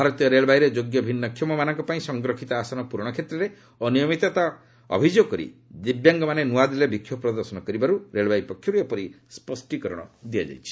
ଭାରତୀୟ ରେଳବାଇରେ ଯୋଗ୍ୟ ଭିନ୍ନକ୍ଷମମାନଙ୍କ ପାଇଁ ସଂରକ୍ଷିତ ଆସନ ପୂରଣ କ୍ଷେତ୍ରରେ ଅନିୟମିତତା ହେଉଥିବା ଅଭିଯୋଗ କରି ଦିବ୍ୟାଙ୍ଗମାନେ ନୂଆଦିଲ୍ଲୀରେ ବିକ୍ଷୋଭ ପ୍ରଦର୍ଶନ କରିବାରୁ ରେଳବାଇ ପକ୍ଷରୁ ଏପରି ସ୍ୱଷ୍ଟିକରଣ ଦିଆଯାଇଛି